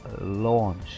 launch